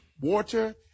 water